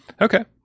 okay